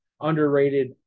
underrated